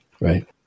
right